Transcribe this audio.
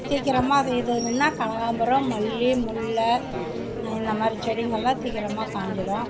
சீக்கிரமாக அது எது எதுனால கனகாம்பரம் மல்லி முல்லை இந்தமாதிரி செடிங்கள்லாம் சீக்கிரமாக காஞ்சுடும்